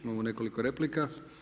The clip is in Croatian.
Imamo nekoliko replika.